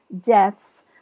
deaths